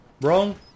wrong